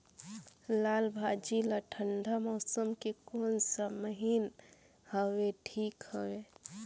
लालभाजी ला ठंडा मौसम के कोन सा महीन हवे ठीक हवे?